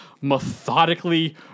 methodically